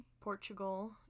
Portugal